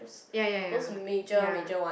ya ya ya ya